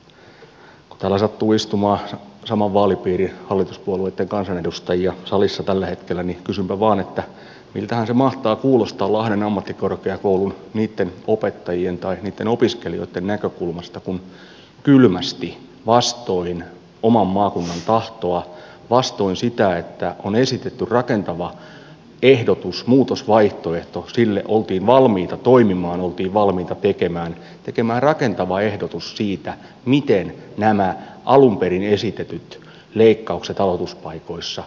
kun täällä sattuu istumaan saman vaalipiirin hallituspuolueitten kansanedustajia salissa tällä hetkellä niin kysynpä vaan miltähän se mahtaa kuulostaa lahden ammattikorkeakoulun opettajien tai opiskelijoitten näkökulmasta kun kylmästi toimitaan vastoin oman maakunnan tahtoa vastoin sitä että on esitetty rakentava ehdotus muutosvaihtoehto sille oltiin valmiita toimimaan oltiin valmiita tekemään tekemään rakentava ehdotus siitä miten nämä alun perin esitetyt leikkaukset aloituspaikoissa toteutettaisiin